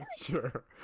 sure